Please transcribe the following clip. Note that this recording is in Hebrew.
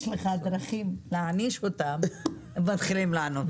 שיש לך דרכים להעניש אותם, הם מתחילים לענות.